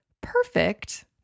Perfect